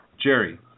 Jerry